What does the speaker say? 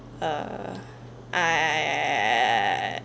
err I